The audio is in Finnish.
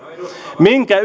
minkä